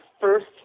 first